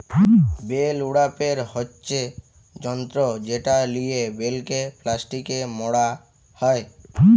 bell উড়াপের হচ্যে যন্ত্র যেটা লিয়ে বেলকে প্লাস্টিকে মড়া হ্যয়